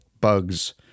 bugs